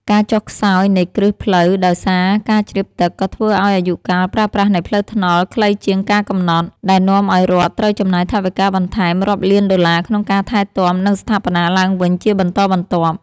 ការចុះខ្សោយនៃគ្រឹះផ្លូវដោយសារការជ្រាបទឹក ក៏ធ្វើឱ្យអាយុកាលប្រើប្រាស់នៃផ្លូវថ្នល់ខ្លីជាងការកំណត់ ដែលនាំឱ្យរដ្ឋត្រូវចំណាយថវិកាបន្ថែមរាប់លានដុល្លារក្នុងការថែទាំ និងស្ថាបនាឡើងវិញជាបន្តបន្ទាប់។